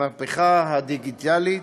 המהפכה הדיגיטלית.